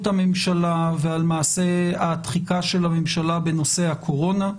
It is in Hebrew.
הממשלה ועל מעשי התחיקה של הממשלה בנושא הקורונה.